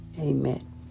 amen